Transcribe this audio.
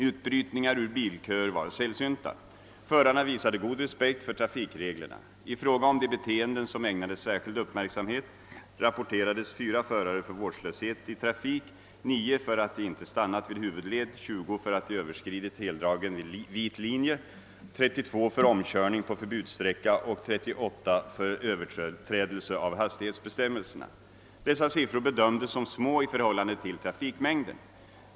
Utbrytningar ur bilköer var sällsynta. Förarna visade god respekt för trafikreglerna. I fråga om de beteenden som ägnades särskild uppmärksamhet rapporterades 4 förare för vårdslöshet i trafik, 9 för att de inte stannat vid huvudled, 20 för att de överskridit heldragen vit linje, 32 för omkörning på förbudssträcka och 38 för överträdelse av hastighetsbestämmelserna. Dessa siffror bedömdes som små i förhållande till trafikmängden.